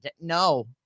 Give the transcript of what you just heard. no